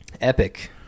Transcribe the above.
Epic